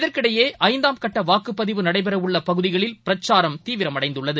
இதற்கிடையேஐந்தாம் கட்டவாக்குப்பதிவு நடைபெறவுள்ளபகுதிகளில் பிரச்சாரம் தீவிரமடைந்துள்ளது